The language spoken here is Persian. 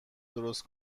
درست